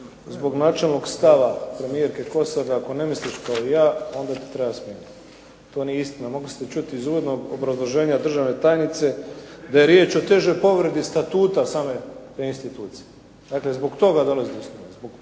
zbog načelnog stava premijerke Kosor "ako ne misliš kao ja onda te treba smijeniti". To nije istina. Mogli ste čuti iz uvodnog obrazloženja državne tajnice da je riječ o težoj povredi statuta same te institucije. Dakle, zbog toga dolazi do smjene,